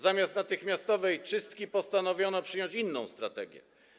Zamiast natychmiastowej czystki postanowiono przyjąć inną strategię.